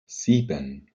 sieben